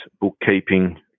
bookkeeping